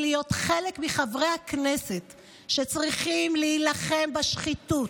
להיות חלק מחברי הכנסת שצריכים להילחם בשחיתות.